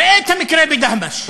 ראה את המקרה בדהמש.